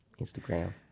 Instagram